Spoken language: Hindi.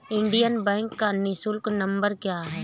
इंडियन बैंक का निःशुल्क नंबर क्या है?